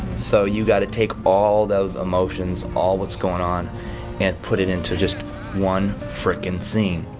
so you gotta take all those emotions, all what's going on and put it into just one frickin scene.